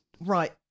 right